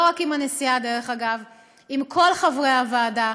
לא רק עם הנשיאה, דרך אגב, עם כל חברי הוועדה.